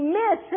miss